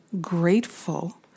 grateful